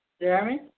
Jeremy